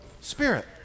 Spirit